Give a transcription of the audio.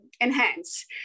enhance